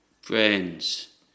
friends